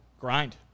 Grind